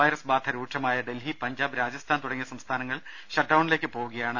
virus ബാധ രൂക്ഷമായ ഡൽഹി പഞ്ചാബ് രാജസ്ഥാൻ തുടങ്ങിയ സംസ്ഥാനങ്ങൾ ഷട്ട് ഡൌണിലേക്ക് പോവുകയാണ്